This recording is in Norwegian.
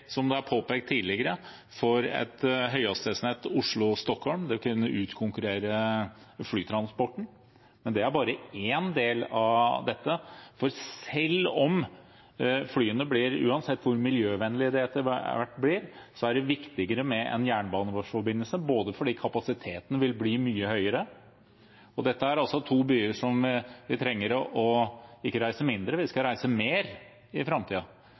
som det er påpekt tidligere, et høyhastighetsnett Oslo–Stockholm vil kunne utkonkurrere flytransporten. Men det er bare én del av dette. For uansett hvor miljøvennlige flyene etter hvert blir, er det viktigere med en jernbaneforbindelse, fordi kapasiteten vil bli mye større. Og dette er altså to byer som vi trenger å reise ikke mindre til, men å reise mer til i framtiden. Vi trenger å ha mer kontakt mellom Oslo og Stockholm og også de andre byene i